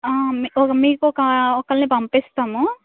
ఆ మీకొక ఒకరిని పంపిస్తాము